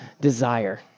desire